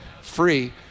free